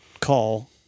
call